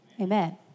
Amen